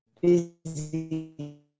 busy